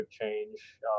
change